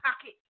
pocket